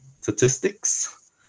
Statistics